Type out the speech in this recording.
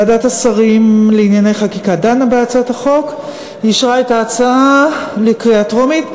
ועדת השרים לענייני חקיקה דנה בהצעת החוק ואישרה אותה לקריאה טרומית,